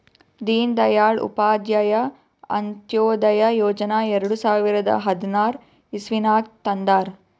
ದೀನ್ ದಯಾಳ್ ಉಪಾಧ್ಯಾಯ ಅಂತ್ಯೋದಯ ಯೋಜನಾ ಎರಡು ಸಾವಿರದ ಹದ್ನಾರ್ ಇಸ್ವಿನಾಗ್ ತಂದಾರ್